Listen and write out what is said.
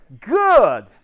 Good